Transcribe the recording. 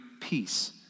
peace